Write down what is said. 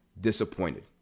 disappointed